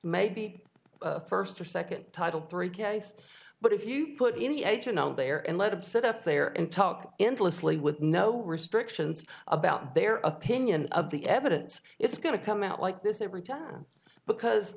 maybe first or second title three case but if you put any agent out there and let up sit up there and talk endlessly with no restrictions about their opinion of the evidence it's going to come out like this every time because